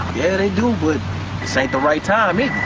yeah they do but this aint the right time either.